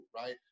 right